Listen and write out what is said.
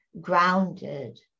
grounded